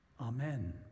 Amen